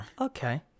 Okay